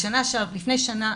לפני שנה,